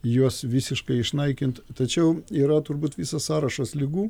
juos visiškai išnaikint tačiau yra turbūt visas sąrašas ligų